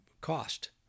cost